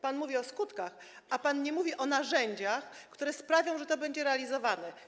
Pan mówi o skutkach, ale pan nie mówi o narzędziach, które sprawią, że to będzie realizowane.